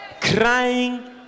crying